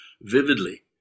vividly